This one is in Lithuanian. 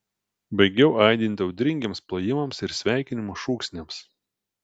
baigiau aidint audringiems plojimams ir sveikinimo šūksniams